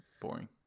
boring